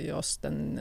jos ten